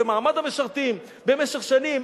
במעמד המשרתים במשך שנים,